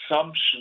assumption